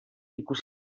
ikusi